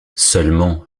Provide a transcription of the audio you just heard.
seulement